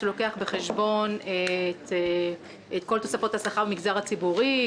והוא לוקח בחשבון את כל תוספות השכר במגזר הציבורי,